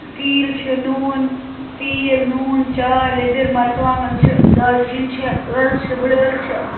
تیٖل چھُ نوٗن تیٖل نوٗن چاے لیٚدٕر مَرژٕوانٛگَن چھِ دالچیٖنن چھےٚ ٲلہٕ چھِ بُڈٕ ٲل چھِ